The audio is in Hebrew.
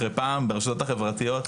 אחרי פעם ברשתות החברתיות.